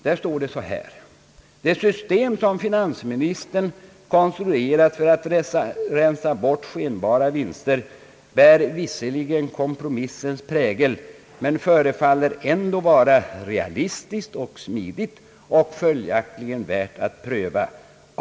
Där står: »Det system som finansministern konstruerat för att rensa bort dessa skenbara vinster, bär visserligen kompromissens prägel, men förefaller ändå vara realistiskt och smidigt och följaktligen värt att pröva.